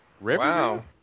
Wow